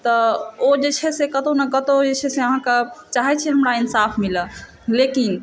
तऽ ओ जे छै से कतौ ने कतौ चाहै छै से अहाँके चाहै छै जे हमरा इन्साफ मिलऽ लेकिन